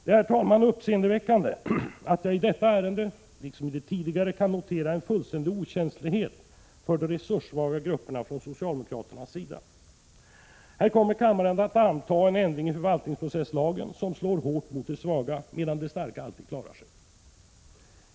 Det är, herr talman, uppseendeväckande att jag i detta ärende, liksom i det tidigare, kan notera en fullständig okänslighet för de resurssvaga grupperna från socialdemokraternas sida. Här kommer kammaren att anta en ändring i förvaltningsprocesslagen som slår hårt mot de svaga, medan de starka alltid klarar sig.